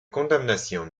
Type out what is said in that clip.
condamnation